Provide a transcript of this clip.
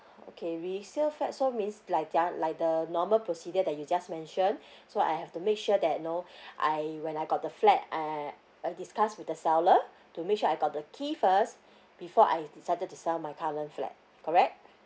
okay resale flat so means like yeah like the normal procedure that you just mentioned so I have to make sure that you know I when I got the flat I I've discussed with the seller to make sure I got the key first before I decided to sell my current flat correct